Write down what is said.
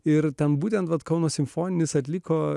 ir tam būtent vat kauno simfoninis atliko